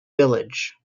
village